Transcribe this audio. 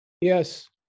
Yes